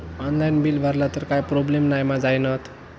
Online bill भरला तर काय प्रोब्लेम नाय मा जाईनत?